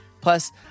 Plus